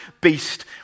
beast